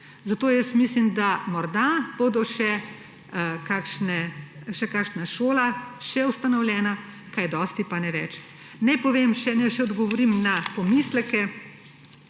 zato jaz mislim, da morda bo še kakšna šola ustanovljena, kaj dosti pa ne več. Naj še odgovorim na pomisleke.